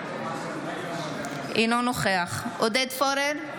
אינו נוכח עודד פורר,